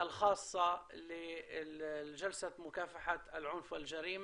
להלן התרגום החופשי) בשם האל הרחמן הרחום.